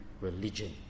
religion